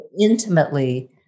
intimately